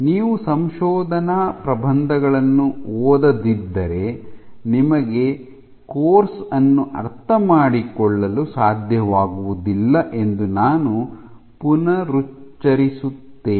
ನೀವು ಸಂಶೋಧನಾ ಪ್ರಬಂಧಗಳನ್ನು ಓದದಿದ್ದರೆ ನಿಮಗೆ ಕೋರ್ಸ್ ಅನ್ನು ಅರ್ಥಮಾಡಿಕೊಳ್ಳಲು ಸಾಧ್ಯವಾಗುವುದಿಲ್ಲ ಎಂದು ನಾನು ಪುನರುಚ್ಚರಿಸುತ್ತೇನೆ